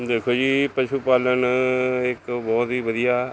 ਦੇਖੋ ਜੀ ਪਸ਼ੂ ਪਾਲਣ ਇੱਕ ਬਹੁਤ ਹੀ ਵਧੀਆ